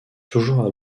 toujours